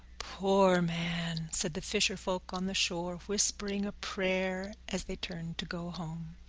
poor man! said the fisher folk on the shore, whispering a prayer as they turned to go home.